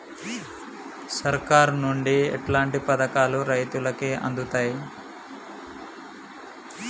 సర్కారు నుండి ఎట్లాంటి పథకాలు రైతులకి అందుతయ్?